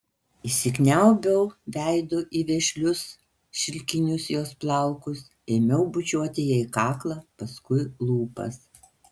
įsikniaubiau veidu į vešlius šilkinius jos plaukus ėmiau bučiuoti jai kaklą paskui lūpas